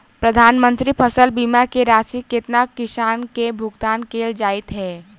प्रधानमंत्री फसल बीमा की राशि केतना किसान केँ भुगतान केल जाइत है?